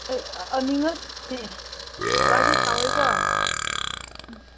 ꯑꯅꯤ ꯈꯛꯇꯅꯦ ꯀꯥꯗꯤ ꯆꯥꯎꯏꯀꯣ